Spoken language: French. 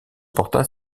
porta